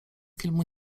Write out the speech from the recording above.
filmu